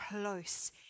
close